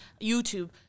YouTube